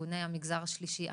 ארגוני המגזר השלישי החברתי,